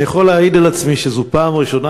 אני יכול להעיד על עצמי שזו הפעם הראשונה